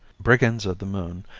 brigands of the moon,